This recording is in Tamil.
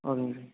ஓகேங்க சார்